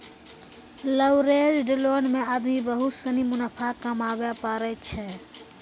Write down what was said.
leveraged loan मे आदमी बहुत सनी मुनाफा कमाबै पारै छै